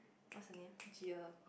what's her name Gia